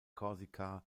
korsika